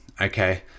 Okay